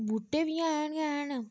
बूह्टे बी हैन गै हैन